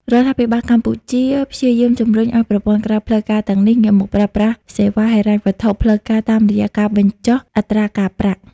រដ្ឋាភិបាលកម្ពុជាព្យាយាមជម្រុញឱ្យប្រព័ន្ធក្រៅផ្លូវការទាំងនេះ ងាកមកប្រើប្រាស់សេវាហិរញ្ញវត្ថុផ្លូវការតាមរយៈការបញ្ចុះអត្រាការប្រាក់។